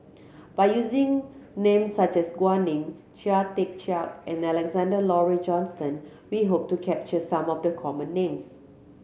by using names such as GuanNing Chia Tee Chiak and Alexander Laurie Johnston we hope to capture some of the common names